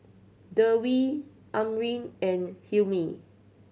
Dewi Amrin and Hilmi